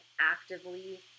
actively